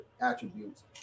attributes